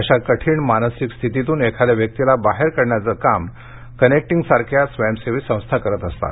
अशा कठीण मानसिक स्थितीतून एखाद्या व्यक्तीला बाहेर काढण्याचं काम कनेक्टिंग सारख्या स्वयंसेवी संस्था करतात